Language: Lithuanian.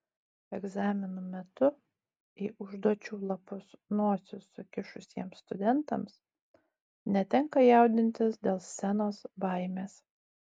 egzaminų metu į užduočių lapus nosis sukišusiems studentams netenka jaudintis dėl scenos baimės